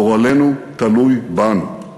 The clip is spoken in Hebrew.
גורלנו תלוי בנו.